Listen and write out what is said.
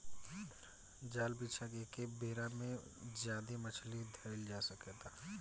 जाल बिछा के एके बेरा में ज्यादे मछली धईल जा सकता